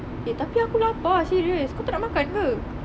eh tapi aku lapar serious kau taknak makan ke